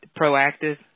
proactive